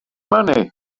money